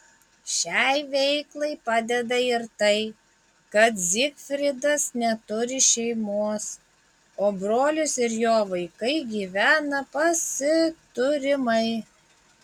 šiai veiklai padeda ir tai kad zygfridas neturi šeimos o brolis ir jo vaikai gyvena pasiturimai